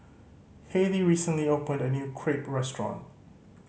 Haleigh recently opened a new Crepe restaurant